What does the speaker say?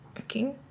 Okay